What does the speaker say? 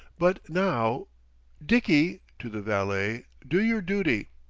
but now dickie, to the valet, do your duty!